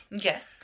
Yes